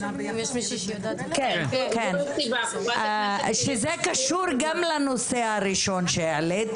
ועד כמה נשים נוטשות את המקצוע בגלל חוסר התגמול הראוי